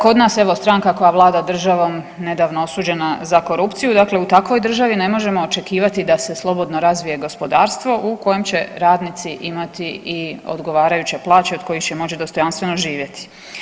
Kod nas evo stranka koja vlada državom nedavno osuđena za korupciju, dakle u takvoj državi ne možemo očekivati da se slobodno razvije gospodarstvo u kojem će radnici imati i odgovarajuće plaće od kojih će moći dostojanstveno živjeti.